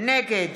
נגד